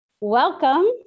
Welcome